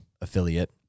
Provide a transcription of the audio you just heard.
affiliate